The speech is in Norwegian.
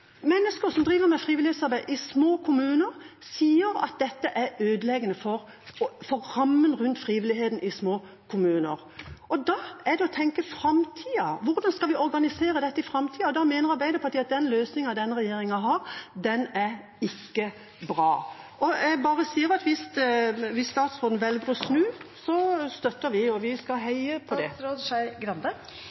rammen rundt frivilligheten i små kommuner. Da gjelder det å tenke på framtida: Hvordan skal vi organisere dette i framtida? Der mener Arbeiderpartiet at den løsningen regjeringa har, ikke er bra. Jeg vil bare si at hvis statsråden velger å snu, støtter vi det, og vi skal heie på det.